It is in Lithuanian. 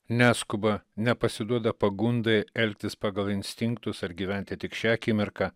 neskuba nepasiduoda pagundai elgtis pagal instinktus ar gyventi tik šia akimirka